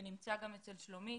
שנמצא גם אצל שלומית.